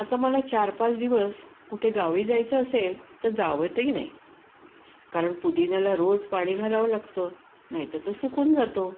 आता मला चारपाच दिवस कुठे गावी जायचं असेल तर जाववतही नाही कारण पुदिन्याला रोज पाणी घालावं लागतं नाही तर तो सुकून जातो